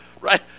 right